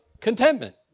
contentment